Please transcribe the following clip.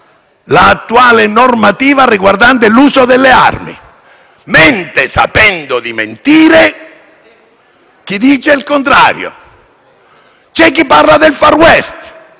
l'attuale normativa riguardante l'uso delle armi. Mente sapendo di mentire chi dice il contrario. C'è chi parla del *far west*.